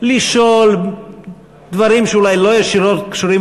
לשאול דברים שאולי לא ישירות קשורים